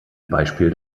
beispiel